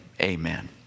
amen